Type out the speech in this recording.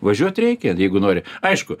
važiuoti reikia jeigu nori aišku